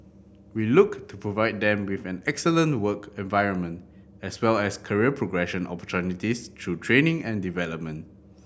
we look to provide them with an excellent work environment as well as career progression opportunities through training and development